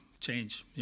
change